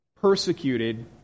persecuted